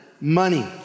money